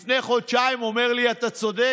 כבר לפני חודשיים אמר לי: אתה צודק.